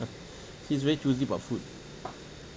she's very choosy about food